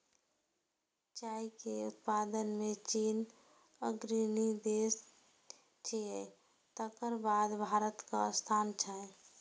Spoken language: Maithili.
चाय के उत्पादन मे चीन अग्रणी देश छियै, तकर बाद भारतक स्थान छै